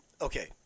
okay